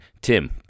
Tim